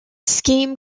scheme